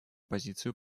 позицию